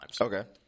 Okay